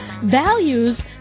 values